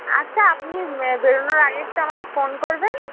আচ্ছা আপনি বেরোনোর আগে একটু আমাকে ফোন করবেন